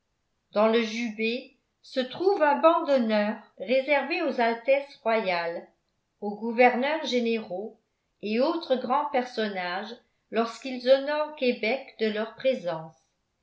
dans le jubé se trouve un banc d'honneur réservé aux altesses royales aux gouverneurs généraux et autres grands personnages lorsqu'ils honorent québec de leur présence